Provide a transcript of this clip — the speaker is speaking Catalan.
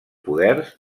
poders